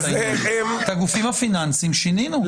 הגופים הפיננסיים שינינו.